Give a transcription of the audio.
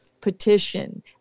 petition